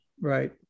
Right